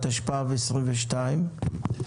התשפ"ב-2022.